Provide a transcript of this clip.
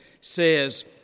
says